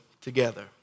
together